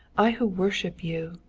i who worship you.